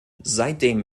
seitdem